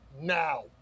now